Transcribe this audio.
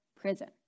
prison